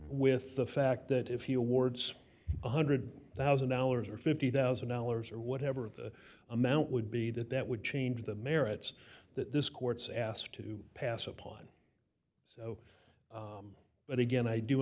with the fact that if he awards one hundred thousand dollars or fifty thousand dollars or whatever of the amount would be that that would change the merits that this court's asked to pass upon so but again i do